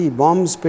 bombs